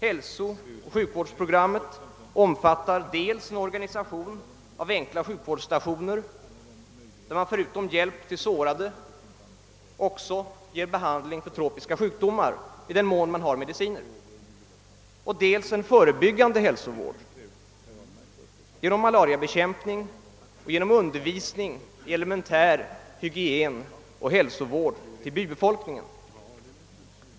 Hälsooch sjukvårdsprogrammet omfattar dels en organisation av enkla sjukvårdsstationer, där man förutom hjälp till sårade också ger behandling för tropiska sjukdomar i den mån man har mediciner, dels en förebyggande hälsovård genom malariabekämpning och undervisning i elementär hygien och hälsovård till bybefolkningen.